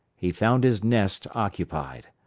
he found his nest occupied.